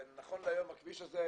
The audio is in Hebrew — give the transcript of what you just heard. ונכון להיום הכביש הזה,